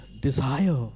desire